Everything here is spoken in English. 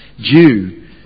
due